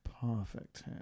Perfect